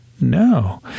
No